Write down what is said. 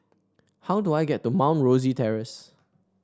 how do I get to Mount Rosie Terrace